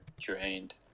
drained